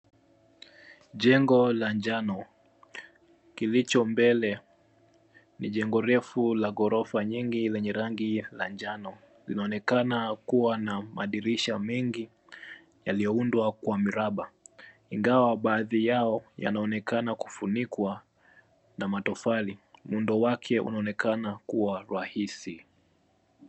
Jengo la njano. Kiliho mbele ni jengo refu la ghorofa nyingi lenye rangi la njano. Linaonekana kuwa na madirisha mengi yaliyoundwa kwa miraba ingawa baadhi yao yanaonekana kufunikwa na matofali. Muundo wake unaonekana kuwa rahisi.